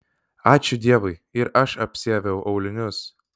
ačiū dievui ir aš apsiaviau aulinius